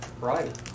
right